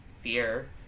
fear